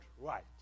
right